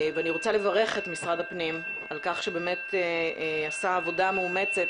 ואני רוצה לברך את משרד הפנים על העבודה המאומצת